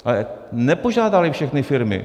Ale nepožádaly všechny firmy.